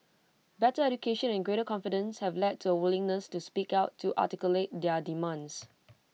better education and greater confidence have led to A willingness to speak out to articulate their demands